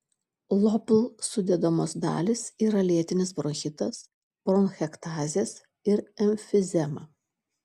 lopl sudedamos dalys yra lėtinis bronchitas bronchektazės ir emfizema